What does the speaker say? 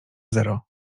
zero